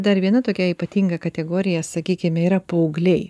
dar viena tokia ypatinga kategorija sakykim yra paaugliai